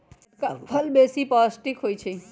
टटका फल बेशी पौष्टिक होइ छइ